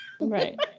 Right